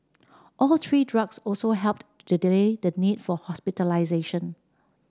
all three drugs also helped to delay the need for hospitalisation